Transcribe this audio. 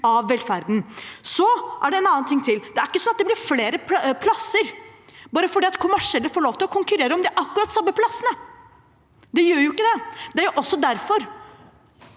Det er ikke sånn at det blir flere plasser fordi kommersielle får lov til å konkurrere om de samme plassene. Det gjør jo ikke det. Det er også derfor